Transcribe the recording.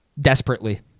Desperately